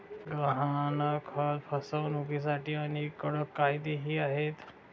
गहाणखत फसवणुकीसाठी अनेक कडक कायदेही आहेत